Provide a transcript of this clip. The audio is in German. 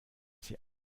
sie